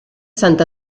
sant